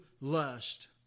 lust